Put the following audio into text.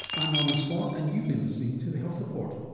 i'm norman swan and you've been listening to the health report.